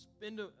spend